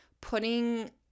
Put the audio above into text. putting